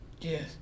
Yes